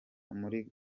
muri